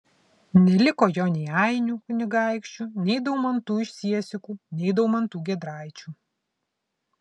neliko jo nei ainių kunigaikščių nei daumantų iš siesikų nei daumantų giedraičių